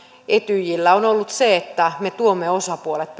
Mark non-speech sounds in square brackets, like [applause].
etyjillä on ollut se että me tuomme osapuolet [unintelligible]